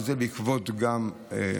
וזה גם בעקבות בקשתי,